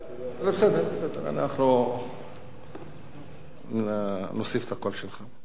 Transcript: לא, בסדר, אנחנו נוסיף את הקול שלך אם לא תגיע.